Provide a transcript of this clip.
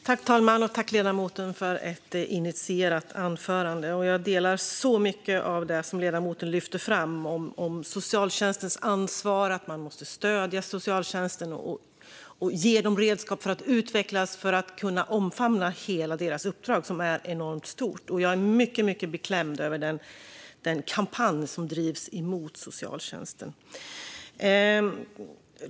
Herr talman! Tack, ledamoten, för ett initierat anförande! Jag håller med om väldigt mycket av det som ledamoten lyfter fram om socialtjänstens ansvar och att man måste stödja socialtjänsten och ge den redskap att utvecklas för att kunna omfamna hela sitt uppdrag, som är enormt stort. Jag är mycket beklämd över den kampanj som bedrivs mot socialtjänsten.